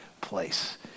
place